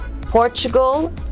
Portugal